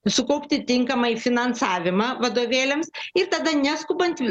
sukaupti tinkamai finansavimą vadovėliams ir tada neskubant